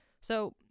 so